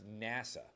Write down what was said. NASA